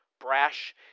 Brash